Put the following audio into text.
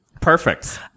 perfect